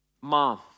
Mom